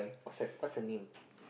what's what's her name